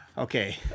Okay